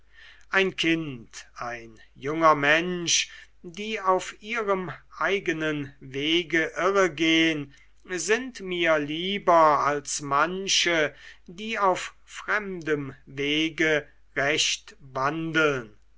ein kind ein junger mensch die auf ihrem eigenen wege irregehen sind mir lieber als manche die auf fremdem wege recht wandeln